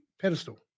pedestal